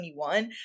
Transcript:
2021